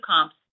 comps